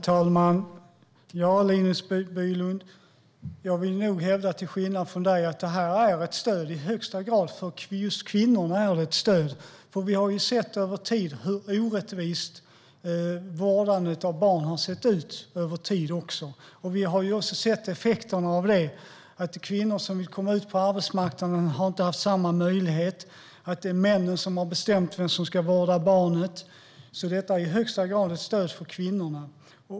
Herr talman! Till skillnad från dig, Linus Bylund, hävdar jag att detta är ett stöd och i högsta grad för kvinnor. Över tid har vi sett hur orättvist vårdandet av barn har fördelats. Effekten av det har varit att kvinnor som vill komma ut på arbetsmarknaden inte har haft samma möjlighet eftersom männen har bestämt vem som ska vårda barnen. Därför är det i högsta grad ett stöd för kvinnor.